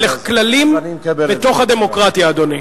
אלו כללים בתוך הדמוקרטיה, אדוני,